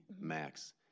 max